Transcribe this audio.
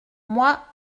moi